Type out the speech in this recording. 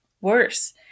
worse